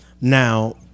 Now